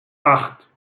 acht